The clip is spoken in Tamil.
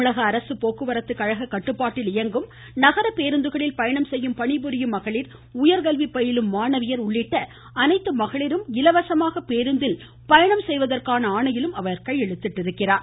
தமிழக அரசு போக்குவரத்து கழக கட்டுப்பாட்டில் இயங்கும் நகர பேருந்துகளில் பயணம் செய்யும் பணிபுரியும் மகளிர் உயர்கல்வி பயிலும் மாணவியர் உள்ளிட்ட அனைத்து மகளிரும் இலவசமாக பேருந்தில் பயணம் செய்வதற்கான ஆணையிலும் அவர் கையெழுத்திட்டார்